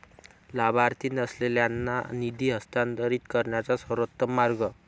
लाभार्थी नसलेल्यांना निधी हस्तांतरित करण्याचा सर्वोत्तम मार्ग